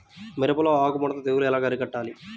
మిరపలో ఆకు ముడత తెగులు ఎలా అరికట్టాలి?